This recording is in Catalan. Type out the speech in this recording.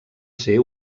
ser